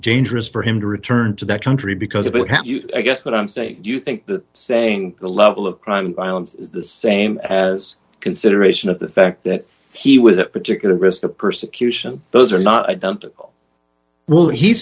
dangerous for him to return to that country because i guess what i'm saying do you think that saying the level of crime violence is the same as consideration of the fact that he was at particular risk of persecution those are not i don't well he